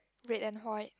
red and white